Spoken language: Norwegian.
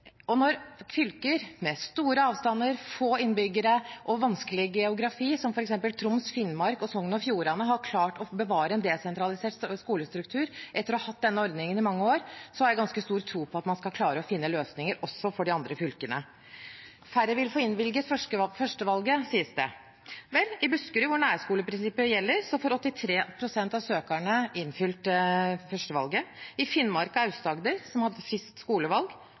Og når fylker med store avstander, få innbyggere og vanskelig geografi, som f.eks. Troms, Finnmark og Sogn og Fjordane, har klart å bevare en desentralisert skolestruktur etter å ha hatt denne ordningen i mange år, har jeg ganske stor tro på at man skal klare å finne løsninger også for de andre fylkene. Færre vil få innvilget førstevalget, sies det. I Buskerud, hvor nærskoleprinsippet gjelder, får 83 pst. av søkerne innfridd førstevalget. I Finnmark og Aust-Agder, som har fritt skolevalg,